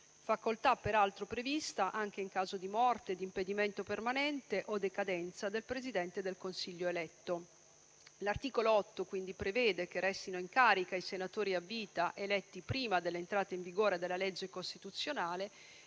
facoltà peraltro prevista anche in caso di morte, di impedimento permanente o decadenza del Presidente del Consiglio eletto. L'articolo 8 prevede che restino in carica i senatori a vita eletti prima dell'entrata in vigore della legge costituzionale